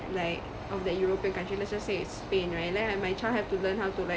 like of that european country let's just say it's Spain right then like my child have to learn to like